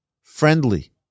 friendly